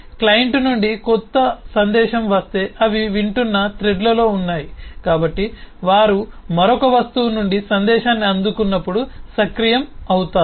client నుండి కొంత సందేశం వస్తే అవి వింటున్న థ్రెడ్లలో ఉన్నాయి కాబట్టి వారు మరొక వస్తువు నుండి సందేశాన్ని అందుకున్నప్పుడు సక్రియం అవుతారు